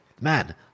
man